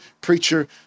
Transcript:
preacher